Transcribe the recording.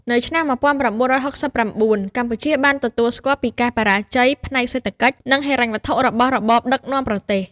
នៅឆ្នាំ១៩៦៩ កម្ពុជាបានទទួលស្គាល់ពីការបរាជ័យផ្នែកសេដ្ឋកិច្ច និងហិរញ្ញវត្ថុរបស់របបដឹកនាំប្រទេស។